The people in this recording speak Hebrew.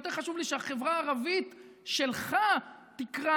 יותר חשוב לי שהחברה הערבית שלך תקרא